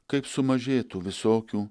kaip sumažėtų visokių